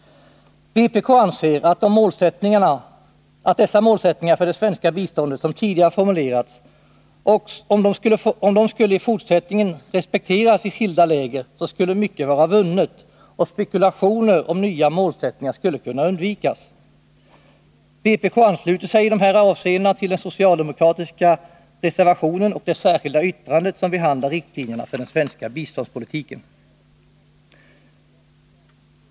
Vpk anser beträffande de målsättningar för det svenska biståndet som tidigare formulerats att mycket skulle vara vunnet om de i fortsättningen respekterades i skilda läger. Spekulationer om nya målsättningar skulle dessutom kunna undvikas. Vpk ansluter sig i dessa avseenden till den socialdemokratiska reservationen och till det särskilda yttrande som behandlar riktlinjerna för den svenska biståndspolitiken.